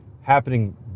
happening